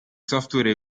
software